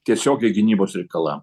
tiesiogiai gynybos reikalam